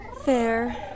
Fair